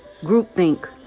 groupthink